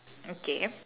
okay